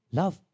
love